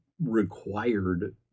Required